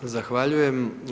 Zahvaljujem.